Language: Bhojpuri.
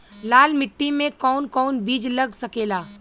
लाल मिट्टी में कौन कौन बीज लग सकेला?